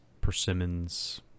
persimmons